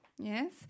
Yes